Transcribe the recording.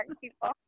people